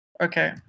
Okay